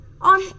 on